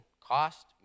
cost